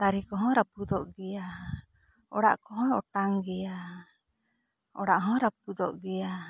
ᱫᱟᱨᱮ ᱠᱚᱦᱚᱸ ᱨᱟᱹᱯᱩᱫᱚᱜ ᱜᱮᱭᱟ ᱚᱲᱟᱜ ᱠᱚᱦᱚᱸ ᱚᱴᱟᱝᱚᱜ ᱜᱮᱭᱟ ᱚᱲᱟᱜ ᱦᱚᱸ ᱨᱟᱹᱯᱩᱫᱚᱜ ᱜᱮᱭᱟ